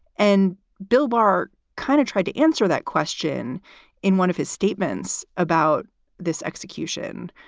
and bill barr kind of tried to answer that question in one of his statements about this execution,